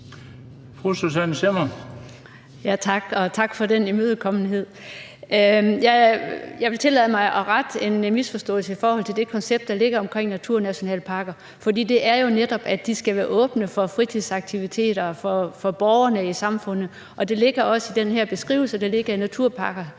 tak for den imødekommenhed. Jeg vil tillade mig at rette en misforståelse i forhold til det koncept, der er omkring naturnationalparker, for det er jo netop, at de skal være åbne for fritidsaktiviteter og for borgerne i samfundet, og det ligger også i den her beskrivelse, der er, af naturnationalparker.